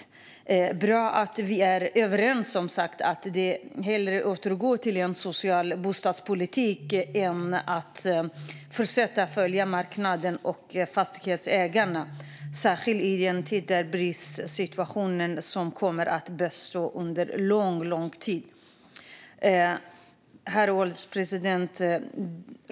Det är bra att vi är överens om att hellre återgå till en social bostadspolitik än att fortsätta att följa marknaden och fastighetsägarna, särskilt i en tid när bristsituationen kommer att bestå under lång tid. Herr ålderspresident!